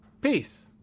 Peace